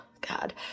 God